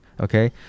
Okay